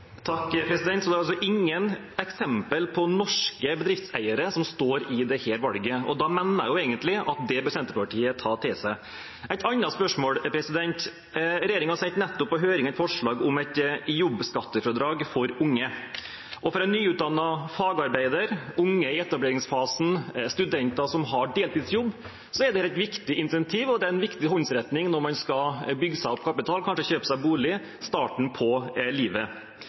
Så det er altså ingen eksempel på norske bedriftseiere som står i dette valget. Da mener jeg egentlig at det bør Senterpartiet ta til seg. Et annet spørsmål: Regjeringen sendte nettopp på høring et forslag om et jobbskattefradrag for unge. For en nyutdannet fagarbeider, unge i etableringsfasen og studenter som har deltidsjobb, er dette et viktig insentiv, og det er en viktig håndsrekning når man skal bygge seg opp kapital til kanskje å kjøpe seg bolig – starten på livet.